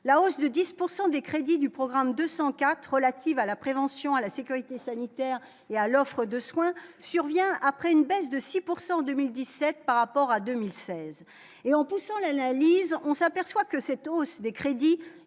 la hausse de 10 pourcent des crédits du programme 204 relative à la prévention à la sécurité sanitaire et à l'offre de soins survient après une baisse de 6 pourcent en 2017 par rapport à 2016 et en poussant l'analyse, on s'aperçoit que cette hausse des crédits